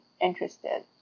interested